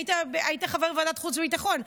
היית חבר בוועדת החוץ והביטחון,